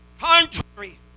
Contrary